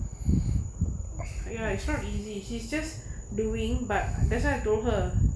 ya it's not easy she's just doing but that's why I told her